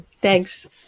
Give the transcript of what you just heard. Thanks